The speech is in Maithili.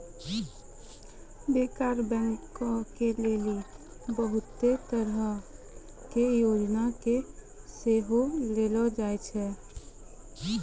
बैंकर बैंको के लेली बहुते तरहो के योजना के सेहो लानलो जाय छै